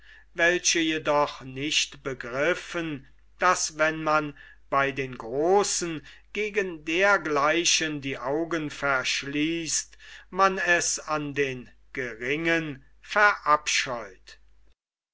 welche jedoch nicht begriffen daß wenn man bei den großen gegen dergleichen die augen verschließt man es an den geringen verabscheut